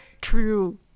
True